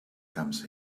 comes